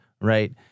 right